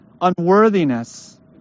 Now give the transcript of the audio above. unworthiness